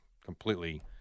completely